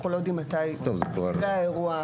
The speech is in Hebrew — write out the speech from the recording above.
אנחנו לא יודעים מתי יקרה האירוע,